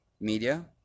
media